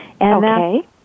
Okay